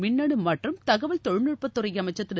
மின்னணு மற்றும் தகவல் தொழில்நட்பத் துறை அமைச்சர் திரு